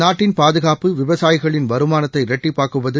நாட்டின் பாதுகாப்பு விவசாயிகளின் வருமானத்தை இரட்டிப்பாக்குவது